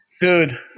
Dude